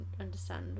understand